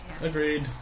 Agreed